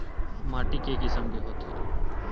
माटी के किसम के होथे?